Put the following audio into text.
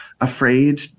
afraid